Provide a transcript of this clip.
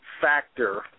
Factor